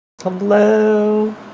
Hello